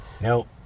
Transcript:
Nope